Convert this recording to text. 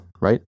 right